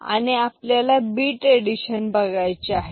आणि आपल्याला bit addition बघायची आहे